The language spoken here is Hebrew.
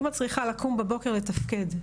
אמא את צריכה לקום בבוקר לתפקד,